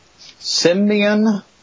Symbian